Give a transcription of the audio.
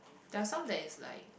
there's some that is like